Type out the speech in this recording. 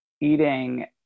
eating